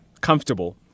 comfortable